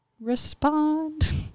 Respond